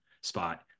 spot